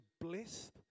blessed